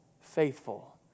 faithful